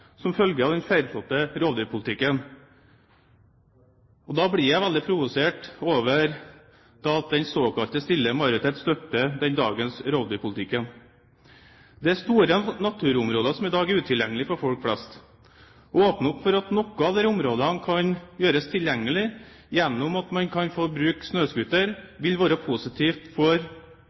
som følge av den feilslåtte rovdyrpolitikken. Og da blir jeg veldig provosert over at den såkalte stille majoritet støtter dagens rovdyrpolitikk. Det er store naturområder som i dag er utilgjengelige for folk flest. Å åpne opp for at noen av disse områdene kan gjøres tilgjengelig gjennom at man kan få bruke snøscooter, vil være positivt for